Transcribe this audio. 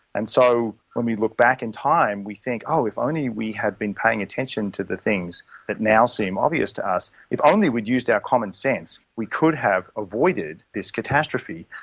and so when we look back in time, we think, oh, if only we had been paying attention to the things that now seem obvious to us, if only we'd used our common sense we could have avoided this catastrophe.